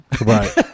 Right